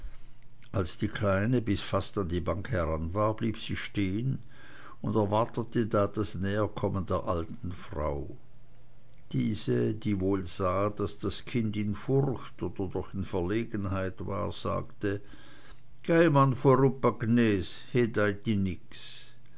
als die kleine bis fast an die bank heran war blieb sie stehn und erwartete da das näherkommen der alten frau diese die wohl sah daß das kind in furcht oder doch in verlegenheit war sagte geih man vorupp agnes he deiht